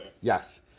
yes